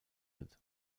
wird